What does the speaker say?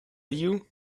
you